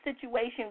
situation